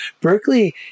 Berkeley